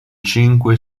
cinque